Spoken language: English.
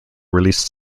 released